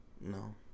No